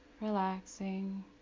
relaxing